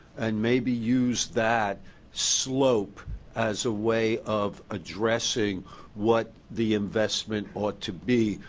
and maybe use that slope as a way of addressing what the investment ought to be.